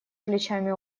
плечами